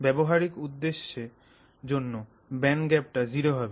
ব্যবহারিক উদ্দেশ্য এর জন্য ব্যান্ড গ্যাপটা জিরো হবে